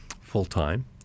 full-time